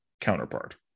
counterpart